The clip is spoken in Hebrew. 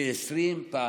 פי 20,